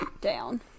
down